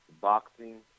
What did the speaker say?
Boxing